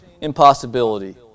impossibility